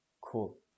cool